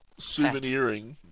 souveniring